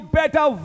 better